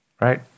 Right